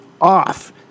off